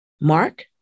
mark